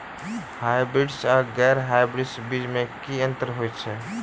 Hybrids आ गैर hybrids बीज म की अंतर होइ अछि?